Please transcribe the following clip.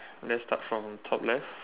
let's start from top left